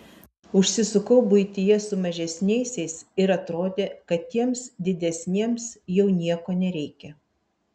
užsisukau buityje su mažesniaisiais ir atrodė kad tiems didesniems jau nieko nereikia